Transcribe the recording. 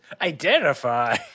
Identify